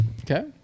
Okay